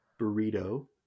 burrito